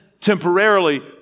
temporarily